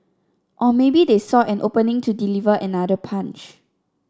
or maybe they saw an opening to deliver another punch